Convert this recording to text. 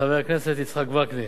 חבר הכנסת יצחק וקנין,